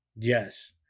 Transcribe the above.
Yes